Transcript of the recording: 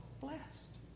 blessed